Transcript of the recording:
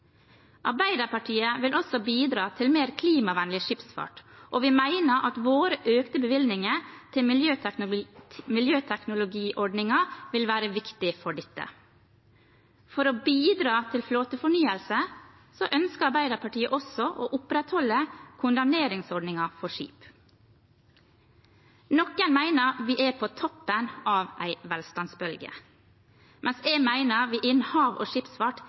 Arbeiderpartiet vil også bidra til mer klimavennlig skipsfart, og vi mener at våre økte bevilgninger til miljøteknologiordningen vil være viktige for dette. For å bidra til flåtefornyelse ønsker Arbeiderpartiet også å opprettholde kondemneringsordningen for skip. Noen mener vi er på toppen av en velstandsbølge, mens jeg mener vi innen hav og skipsfart